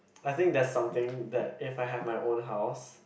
I think that's something that if I have my own house